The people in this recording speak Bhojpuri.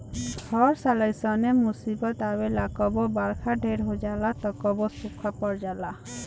हर साल ऐइसने मुसीबत आवेला कबो बरखा ढेर हो जाला त कबो सूखा पड़ जाला